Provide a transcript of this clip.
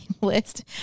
list